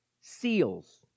seals